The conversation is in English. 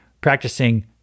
practicing